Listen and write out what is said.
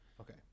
Okay